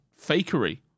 fakery